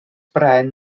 bren